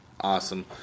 Awesome